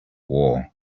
war